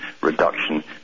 reduction